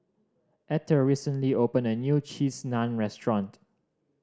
Etter recently opened a new Cheese Naan Restaurant